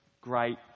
great